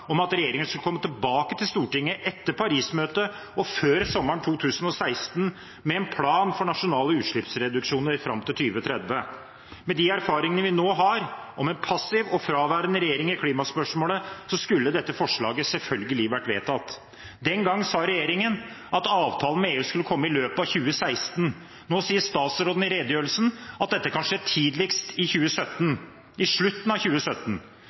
om at regjeringen skulle komme tilbake til Stortinget etter Paris-møtet og før sommeren 2016 med en plan for nasjonale utslippsreduksjoner fram til 2030. Med de erfaringene vi nå har, og med en passiv og fraværende regjering i klimaspørsmålet, skulle dette forslaget selvfølgelig vært vedtatt. Den gang sa regjeringen at avtalen med EU skulle komme i løpet av 2016. Nå sier statsråden i redegjørelsen at dette kan skje tidligst i 2017 – i slutten av 2017.